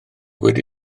wedi